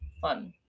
fun